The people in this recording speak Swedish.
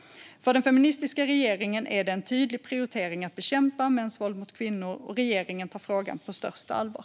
För den feministiska regeringen är det en tydlig prioritering att bekämpa mäns våld mot kvinnor, och regeringen tar frågan på största allvar.